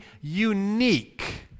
unique